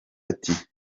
ati